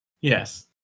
Yes